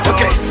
Okay